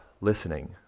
listening